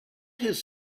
his